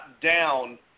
down